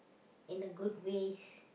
in a good ways